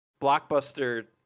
blockbuster